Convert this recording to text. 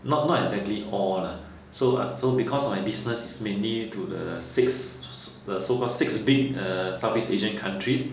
not not exactly all lah so I so because my business is mainly to the six the super six big uh southeast asia countries